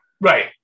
Right